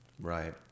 right